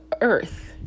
earth